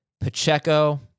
Pacheco